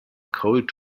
cold